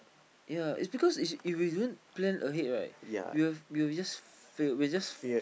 yea is because is if we don't to plan ahead right we will we will just fail we will just